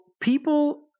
people